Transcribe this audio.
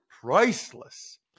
priceless